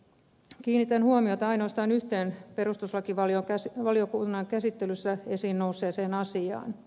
kiinnitän huomiota ainoastaan yhteen perustuslakivaliokunnan käsittelyssä esiin nousseeseen asiaan